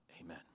amen